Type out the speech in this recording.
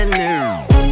new